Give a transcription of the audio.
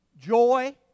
Joy